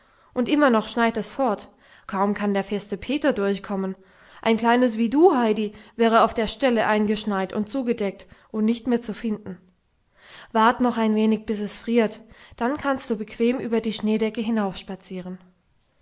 und immer noch schneit es fort kaum kann der feste peter durchkommen ein kleines wie du heidi wäre auf der stelle eingeschneit und zugedeckt und nicht mehr zu finden wart noch ein wenig bis es friert dann kannst du bequem über die schneedecke